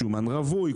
שומן רווי,